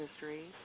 history